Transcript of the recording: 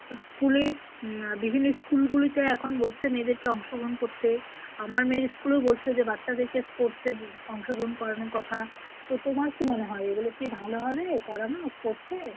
স্কুলে বিভিন্ন স্কুলগুলিতে এখন বলছে মেয়েদেরকে অংশগ্রহণ করতে আমার মেয়ের স্কুলেও বলছে যে বাচ্চাদেরকে স্পোর্টসে অংশগ্রহণ করানোর কথা তো তোমার কী মনে হয় এগুলো কি ভালো হবে করানো স্পোর্টসে